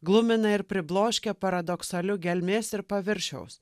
glumina ir pribloškia paradoksaliu gelmės ir paviršiaus